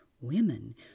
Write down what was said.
women